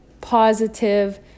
positive